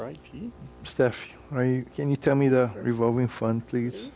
right steph can you tell me the revolving fun please